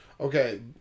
Okay